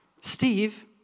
Steve